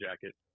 Jacket